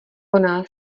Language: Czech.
koná